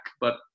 but-